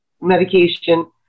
medication